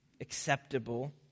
acceptable